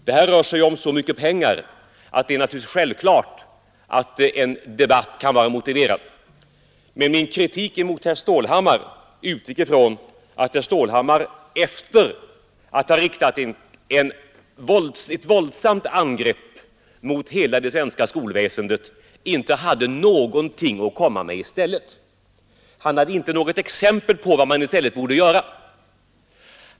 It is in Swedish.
Det rör sig här om så väsentliga ting att det är självklart att en debatt kan vara motiverad. Men min kritik mot herr Stålhammar utgick från att herr Stålhammar efter att ha riktat ett våldsamt angrepp mot det svenska skolväsendet inte kunde ge något exempel på vad man i stället borde göra.